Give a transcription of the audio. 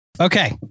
Okay